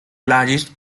largest